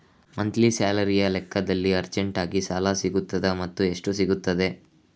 Monthly ಸ್ಯಾಲರಿಯ ಲೆಕ್ಕದಲ್ಲಿ ಅರ್ಜೆಂಟಿಗೆ ಸಾಲ ಸಿಗುತ್ತದಾ ಮತ್ತುಎಷ್ಟು ಸಿಗುತ್ತದೆ?